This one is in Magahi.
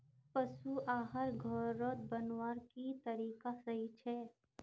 पशु आहार घोरोत बनवार की तरीका सही छे?